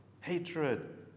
hatred